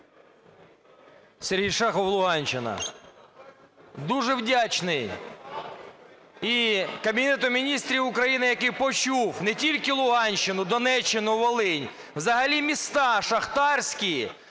Сергій Шахов, Луганщина. Дуже вдячний і Кабінету Міністрів України, який почув не тільки Луганщину, Донеччину, Волинь, взагалі міста шахтарські,